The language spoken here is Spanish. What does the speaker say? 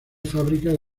fábricas